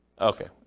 Okay